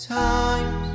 times